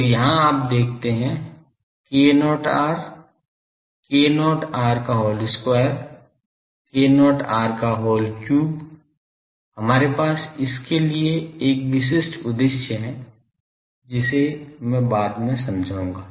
फिर यहां आप देखते हैं k0 r k0 r का whole square k0 r का whole cube हमारे पास इसके लिए एक विशिष्ट उद्देश्य है जिसे मैं बाद में समझाऊंगा